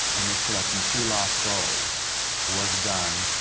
and this production, two lost souls was done